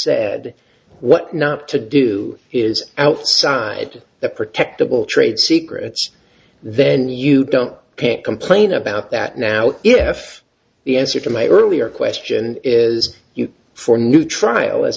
said what not to do is outside the protective will trade secrets then you don't can't complain about that now if the answer to my earlier question is you for new trial as